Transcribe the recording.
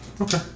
Okay